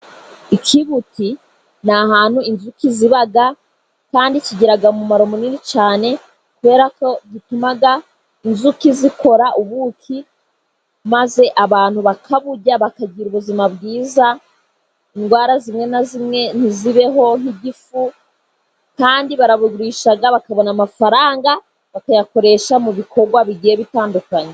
Ikibuti ni ahantu inzuki ziba, kandi kigira umumaro munini cyane, kubera ko gituma inzuki zikora ubuki, maze abantu bakaburya bakagira ubuzima bwiza, indwara zimwe na zimwe ntizibeho nk'igifu, kandi barabugurisha bakabona amafaranga, bakayakoresha mu bikorwa bigiye bitandukanye.